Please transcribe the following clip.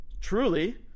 truly